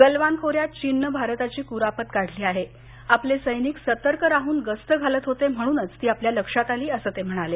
गलवान खोऱ्यात चीननं भारताची कुरापत काढली आहे आपले सैनिक सतर्क राहून गस्त घालत होते म्हणूनच ती आपल्या लक्षात आली अस ते म्हणाले